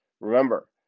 Remember